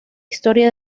historia